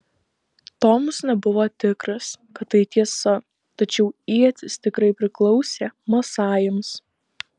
tomas nebuvo tikras kad tai tiesa tačiau ietis tikrai priklausė masajams